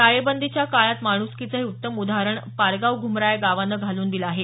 टाळेबंदीच्या काळात माणुसकीचं हे उत्तम उदाहरण पारगाव घुमरा या गावाचं घालून दिलं आहे